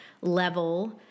level